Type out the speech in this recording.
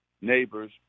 neighbors